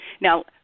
Now